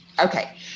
Okay